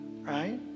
right